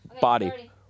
body